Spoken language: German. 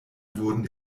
wurden